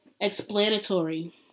explanatory